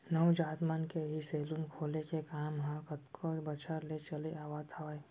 नाऊ जात मन के ही सेलून खोले के काम ह कतको बछर ले चले आवत हावय